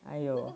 !aiyo!